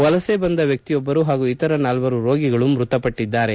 ವಲಸೆ ಬಂದ ವ್ಯಕ್ತಿಯೊಬ್ಬರು ಹಾಗೂ ಇತರ ನಾಲ್ವರು ರೋಗಿಗಳು ಮೃತಪಟ್ಟಿದ್ದಾರೆ